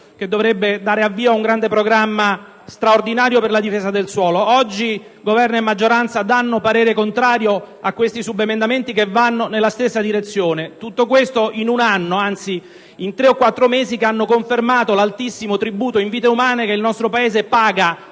che dovrebbe dare avvio ad un programma straordinario per la difesa del suolo. Oggi Governo e maggioranza esprimono parere contrario su questi subemendamenti che vanno nella stessa direzione. Tutto questo avviene dopo che gli ultimi tre o quattro mesi hanno confermato l'altissimo tributo di vite umane che il nostro Paese paga